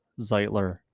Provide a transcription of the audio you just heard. Zeitler